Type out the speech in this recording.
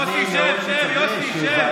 יוסי, שב, שב.